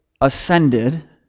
ascended